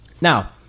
Now